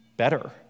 better